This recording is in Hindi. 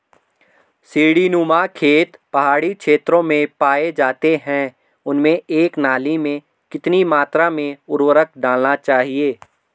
सीड़ी नुमा खेत पहाड़ी क्षेत्रों में पाए जाते हैं उनमें एक नाली में कितनी मात्रा में उर्वरक डालना चाहिए?